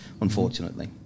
unfortunately